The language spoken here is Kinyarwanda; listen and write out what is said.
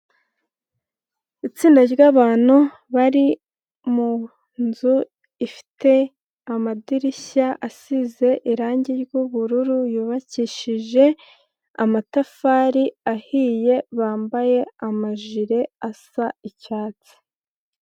Itsinda ry'abantu bari mu nzu ifite amadirishya asize irange ry'ubururu, yubakishije amatafari ahiye bambaye amajire asa icyatsi.